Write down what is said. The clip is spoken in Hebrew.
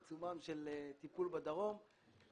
עיצומם של טיפול בדרום.